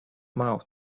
mouth